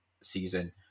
season